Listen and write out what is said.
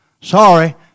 Sorry